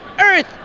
earth